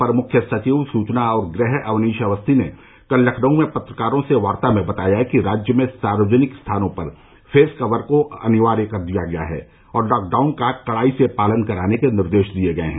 अपर मुख्य सचिव सूचना और गृह अवनीश अवस्थी ने कल लखनऊ में पत्रकारों से वार्ता में बताया कि राज्य में सार्वजनिक स्थानों पर फेस कवर को आवश्यक कर दिया गया है और लॉकडाउन का कड़ाई से पालन कराने के निर्देश दिये गये हैं